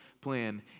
plan